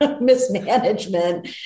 mismanagement